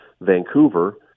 Vancouver